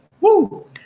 woo